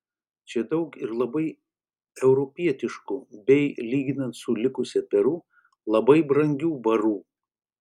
čia daug ir labai europietiškų bei lyginant su likusia peru labai brangių barų